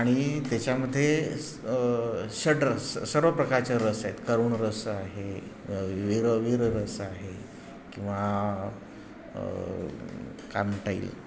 आणि त्याच्यामध्ये स षड्रस सर्व प्रकारच्या रस आहेत करुण रस आहे वीर वीर रस आहे किंवा काय म्हणता येईल